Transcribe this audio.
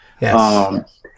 Yes